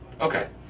Okay